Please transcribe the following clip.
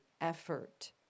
effort